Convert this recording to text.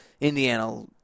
Indiana